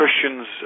Christians